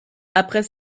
après